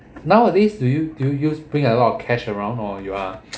nowadays do you do you use bring a lot of cash around or you are